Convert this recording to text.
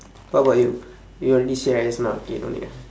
what about you you already say right just now K no need ah